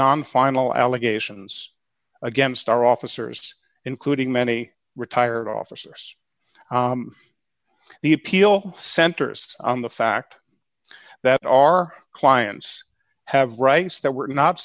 non final allegations against our officers including many retired officers the appeal centers on the fact that our clients have rights that were not